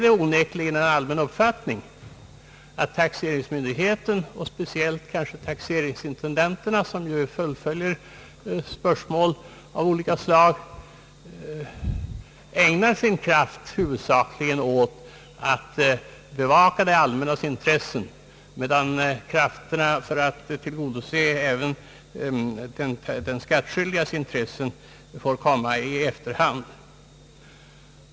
Det är onekligen en allmän uppfattning att taxeringsmyndigheterna och speciellt kanske taxeringsintendenterna, som ju fullföljer ärenden av olika slag, ägnar sin kraft huvudsakligen åt att bevaka det allmännas intressen, medan synpunkter som tillgodoser även de skattskyldigas intressen får komma i efterhand.